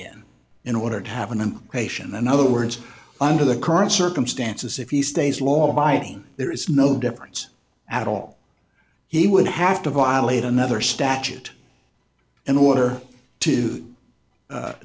again in order to have an in patient in other words under the current circumstances if he stays law abiding there is no difference at all he would have to violate another statute in order to